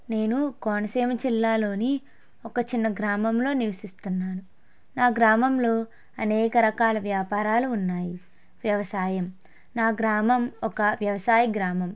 నేను కోనసీమ జిల్లాలోని ఒక చిన్న గ్రామంలో నివసిస్తున్నాను మా గ్రామంలో అనేక రకాల వ్యాపారాలు వ్యవసాయం నా గ్రామం ఒక వ్యవసాయ గ్రామం